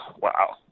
Wow